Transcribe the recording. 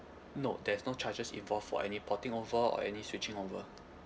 no there's no charges involved for any porting over or any switching over